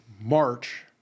March